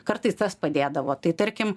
kartais tas padėdavo tai tarkim